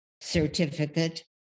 certificate